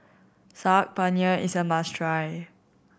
Saag Paneer is a must try